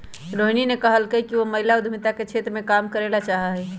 रोहिणी ने कहल कई कि वह महिला उद्यमिता के क्षेत्र में काम करे ला चाहा हई